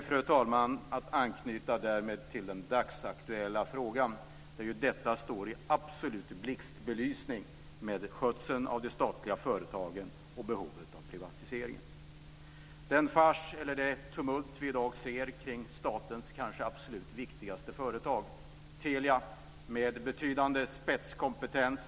Tillåt mig att därmed anknyta till den dagsaktuella frågan, där ju detta står i absolut blixtbelysning med skötseln av de statliga företagen och behovet av privatisering. Det är en fars, eller ett tumult, som vi i dag ser kring statens kanske absolut viktigaste företag Telia med betydande spetskompetens.